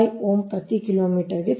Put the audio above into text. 35 ohm ಪ್ರತಿ kilometre